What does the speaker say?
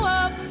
up